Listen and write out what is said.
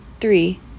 three